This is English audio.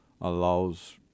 allows